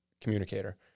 communicator